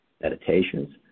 meditations